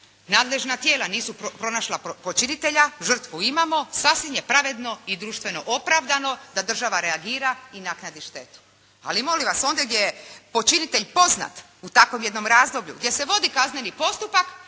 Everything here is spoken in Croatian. nadležna tijela nisu pronašla počinitelja, žrtvu imamo, sasvim je pravedno i društveno opravdano da država reagira i naknadi štetu. Ali molim vas, ondje gdje je počinitelj poznat u takvom jednom razdoblju, gdje se vodi kazneni postupak,